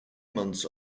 months